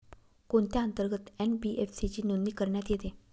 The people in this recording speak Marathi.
कोणत्या अंतर्गत एन.बी.एफ.सी ची नोंदणी करण्यात येते?